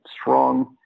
strong